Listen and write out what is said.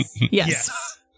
yes